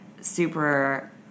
super